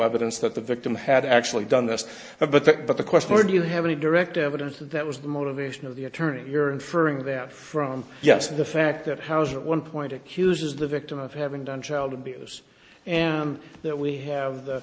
evidence that the victim had actually done this but that but the question or do you have any direct evidence that was the motivation of the attorney here and for them from just the fact that house at one point accuses the victim of having done child abuse and that we have the